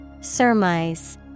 Surmise